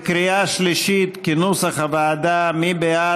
סעיפים 7 8, כהצעת הוועדה, נתקבלו.